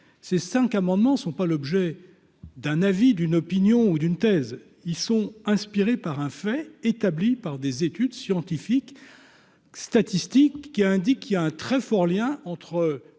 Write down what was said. ces cinq amendements sont pas l'objet d'un avis d'une opinion ou d'une thèse ils sont inspiré par un fait établi par des études scientifiques statistiques qui indique qu'il a un très fort lien entre